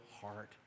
heart